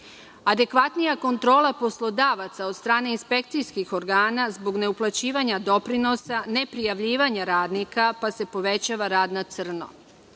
adekvatnija kontrola poslodavaca od strane inspekcijskih ograna zbog neuplaćivanja doprinosa; neprijavljivanje radnika pa se povećava rad na crno;